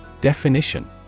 Definition